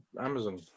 Amazon